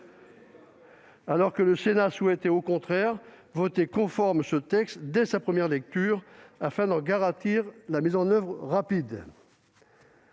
alors que le Sénat souhaitait au contraire voter conforme ce texte dès sa première lecture afin de garantir sa mise en oeuvre rapide.